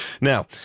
Now